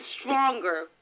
stronger